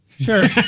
sure